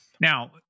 Now